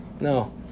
No